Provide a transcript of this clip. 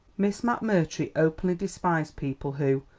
miss mcmurtry openly despised people who,